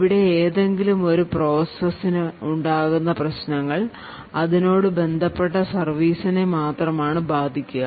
ഇവിടെ ഏതെങ്കിലും ഒരു പ്രോസസ്സിന് ഉണ്ടാകുന്ന പ്രശ്നങ്ങൾ അതിനോട് ബന്ധപ്പെട്ട സർവീസിനെ മാത്രമാണ് ബാധിക്കുക